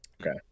Okay